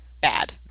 bad